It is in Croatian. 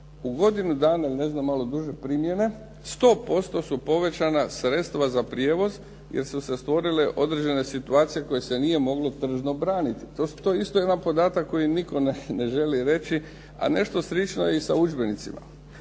U godinu dana ili ne znam malo duže primjene 100% su povećana sredstva za prijevoz, jer su se stvorile određene situacije koje se nije moglo tržno obraniti. To isto ima podatak koji nitko ne želi reći, a nešto slično je i sa udžbenicima.